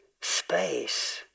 space